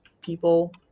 people